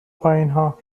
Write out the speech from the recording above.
پایینها